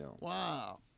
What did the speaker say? Wow